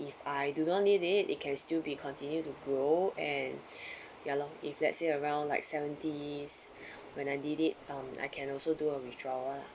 if I do not need it it can still be continue to grow and ya lor if let's say around like seventies when I need it um I can also do a withdrawal